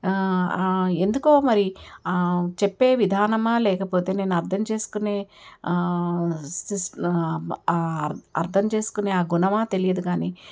ఎందుకో మరి చెప్పే విధానమా లేకపోతే నేను అర్థం చేసుకునే స్ స్ అర్థం చేసుకునే ఆ గుణమా తెలియదు కానీ